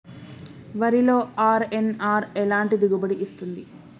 వరిలో అర్.ఎన్.ఆర్ ఎలాంటి దిగుబడి ఇస్తుంది?